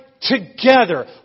together